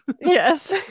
yes